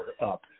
up